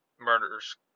murders